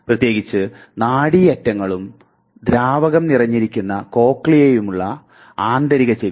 പ്രത്യേകിച്ച് നാഡീ അറ്റങ്ങളും ദ്രാവകം നിറഞ്ഞിരിക്കുന്ന കോക്ലിയയുമുള്ള ആന്തരിക ചെവി